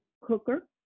cooker